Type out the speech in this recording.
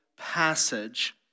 passage